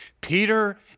Peter